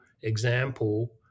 example